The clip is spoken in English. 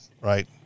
right